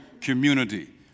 community